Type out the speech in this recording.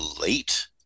late